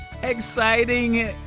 exciting